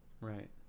Right